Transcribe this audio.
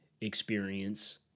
experience